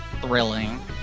thrilling